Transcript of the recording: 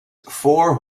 four